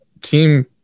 team